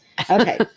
Okay